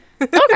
Okay